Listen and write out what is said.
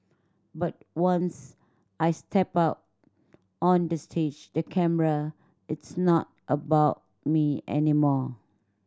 but once I step out on the stage the camera it's not about me anymore